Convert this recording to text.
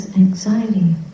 Anxiety